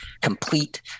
complete